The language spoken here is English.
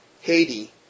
Haiti